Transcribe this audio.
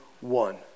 one